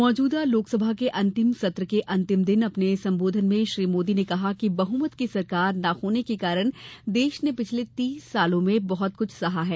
मौजूदा लोकसभा के अंतिम सत्र के अंतिम दिन अपने संबोधन में श्री मोदी ने कहा कि बहुमत की सरकार न होने के कारण देश ने पिछले तीस वर्षों में बहुत कुछ सहा है